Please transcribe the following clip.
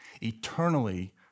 eternally